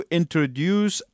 introduce